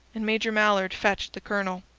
and major mallard fetched the colonel.